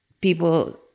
people